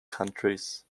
countries